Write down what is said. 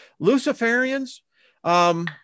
Luciferians